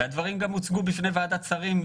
והדברים גם הוצגו בפני ועדת שרים,